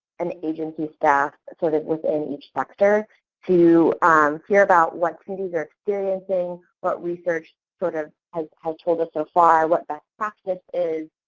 and agency staff sort of within each sector to hear about what communities are experiencing, what research sort of has told us so far, what best practice is,